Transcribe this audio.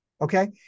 okay